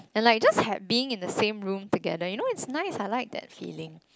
and like just ha~ being in the same room together you know it's nice I like that feeling